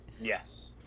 Yes